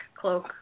cloak